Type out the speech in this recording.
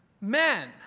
men